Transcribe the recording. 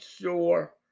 sure